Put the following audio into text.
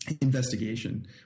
investigation